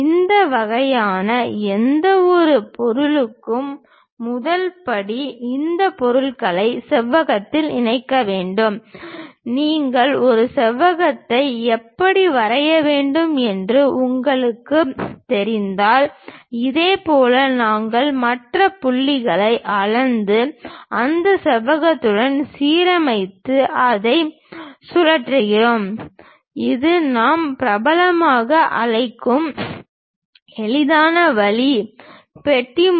இந்த வகையான எந்தவொரு பொருளுக்கும் முதல் படி இந்த பொருள்களை செவ்வகத்தில் இணைக்க வேண்டும் நீங்கள் ஒரு செவ்வகத்தை எப்படி வரைய வேண்டும் என்று உங்களுக்குத் தெரிந்தால் இதேபோல் நாங்கள் மற்ற புள்ளிகளை அளந்து அந்த செவ்வகத்துடன் சீரமைத்து அதை சுழற்றுகிறோம் இது நாம் பிரபலமாக அழைக்கும் எளிதான வழி பெட்டி முறை